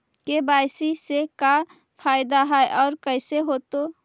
KYC से का फायदा है और कैसे होतै?